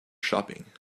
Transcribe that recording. shopping